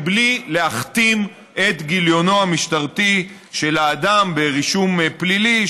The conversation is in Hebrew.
בלי להכתים את גיליונו המשטרתי של האדם ברישום פלילי,